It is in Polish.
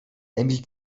emil